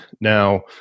now